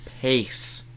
Pace